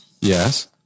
Yes